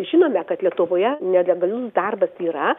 žinome kad lietuvoje nelegalus darbas yra